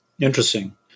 Interesting